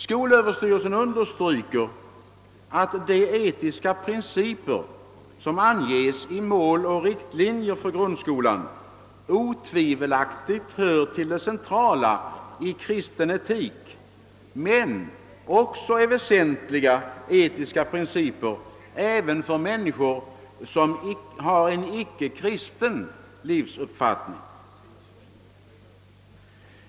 Skolöverstyrelsen understryker att de etiska principer, som anges i Mål och riktlinjer för grundskolan, otvivelaktigt hör till de centrala i kristen etik men är väsentliga även för människor som har en icke kristen livsåskådning.